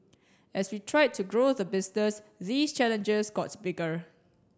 as we tried to grow the business these challenges got bigger